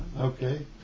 Okay